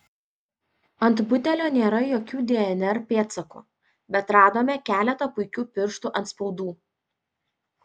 ant butelio nėra jokių dnr pėdsakų bet radome keletą puikių pirštų atspaudų